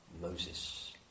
Moses